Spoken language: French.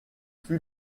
fut